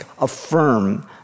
affirm